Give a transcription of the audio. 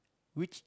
which